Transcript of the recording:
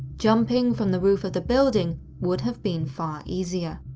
jumping from the roof of the building would have been far easier.